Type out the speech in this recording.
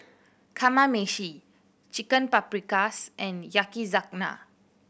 Kamameshi Chicken Paprikas and Yakizakana